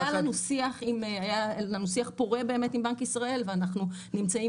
היה לנו שיח פורה עם בנק ישראל ואנחנו נמצאים